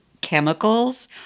chemicals